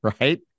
right